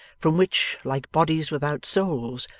from which, like bodies without souls,